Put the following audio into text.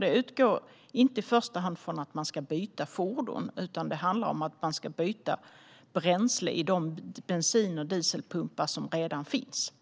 Det utgår nämligen inte i första hand från att man ska byta fordon, utan det handlar om att man ska byta bränsle i de bensin och dieselpumpar som redan finns.